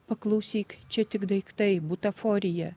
paklausyk čia tik daiktai butaforija